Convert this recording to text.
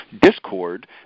discord